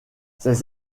ses